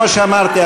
כמו שאמרתי,